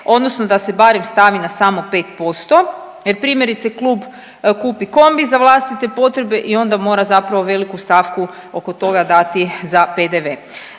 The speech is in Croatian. odnosno da se barem stavi na samo 5% jer primjerice klub kupi kombi za vlastite potrebe i onda mora zapravo veliku stavku oko toga dati za PDV.